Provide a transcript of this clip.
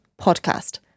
podcast